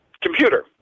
computer